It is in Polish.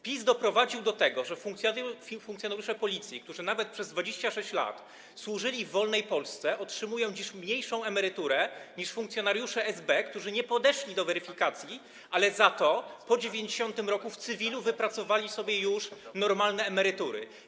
PiS doprowadził do tego, że funkcjonariusze Policji, którzy nawet przez 26 lat służyli w wolnej Polsce, otrzymują dziś mniejszą emeryturę niż funkcjonariusze SB, którzy nie podeszli do weryfikacji, ale za to po 1990 r. w cywilu wypracowali już sobie normalne emerytury.